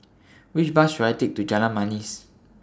Which Bus should I Take to Jalan Manis